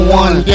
one